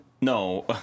No